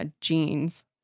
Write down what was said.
jeans